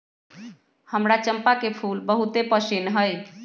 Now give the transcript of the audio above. हमरा चंपा के फूल बहुते पसिन्न हइ